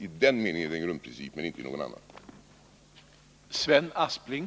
I den meningen är det en grundprincip men inte i någon annan mening.